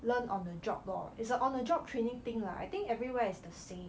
learn on the job lor it's a on the job training thing lah I think everywhere is the same